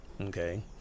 okay